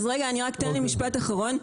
אז תן לי משפט אחרון.